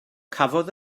cafodd